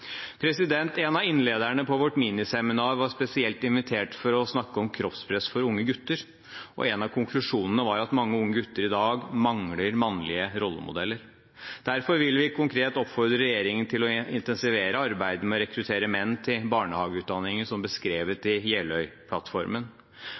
En av innlederne på vårt miniseminar var spesielt invitert for å snakke om kroppspress for unge gutter. En av konklusjonene var at mange unge gutter i dag mangler mannlige rollemodeller. Derfor vil vi konkret oppfordre regjeringen til å intensivere arbeidet med å rekruttere menn til barnehageutdanningen, som beskrevet